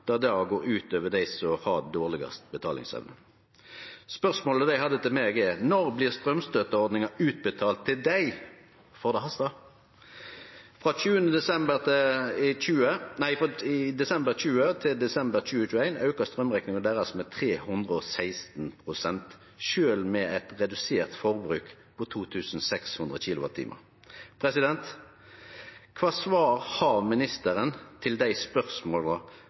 går ut over dei som har dårlegast betalingsevne. Spørsmålet dei hadde til meg er: Når blir straumstøtteordninga utbetalt til dei? For det hastar. Frå desember 2020 til desember 2021 auka straumrekninga deira med 316 pst., sjølv med eit redusert forbruk på 2 600 kWh. Kva svar har ministeren til dei spørsmåla